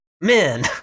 men